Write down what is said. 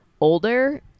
older